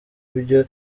byo